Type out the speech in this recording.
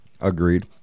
Agreed